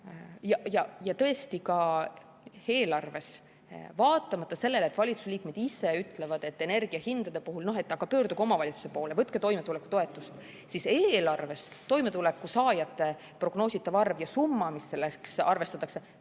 Tõesti, ka eelarves, vaatamata sellele, et valitsusliikmed ise ütlevad, et energiahindade puhul pöörduge omavalitsuste poole, võtke toimetulekutoetust, siis eelarves toimetulekutoetuse saajate prognoositav arv ja summa, mis selleks arvestatakse,